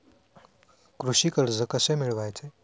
कृषी कर्ज कसे मिळवायचे?